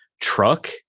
truck